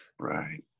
Right